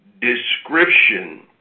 description